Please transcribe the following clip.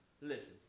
Listen